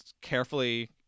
carefully